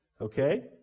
okay